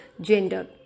gender